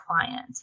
client